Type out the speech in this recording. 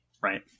right